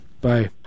bye